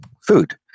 food